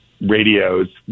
radios